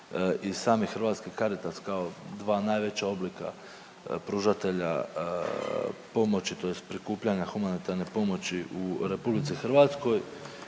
i sami Hrvatski Caritas kao dva najveća oblika pružatelja pomoći tj. prikupljanja humanitarne pomoći u RH kao